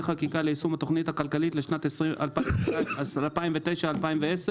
חקיקה ליישום התכנית הכלכלית לשנים 2009 ו-2010),